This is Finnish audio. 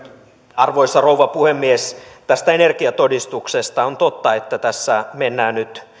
arvoisa rouva puhemies tästä energiatodistuksesta on totta että tässä mennään nyt